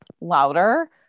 louder